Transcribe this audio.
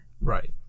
Right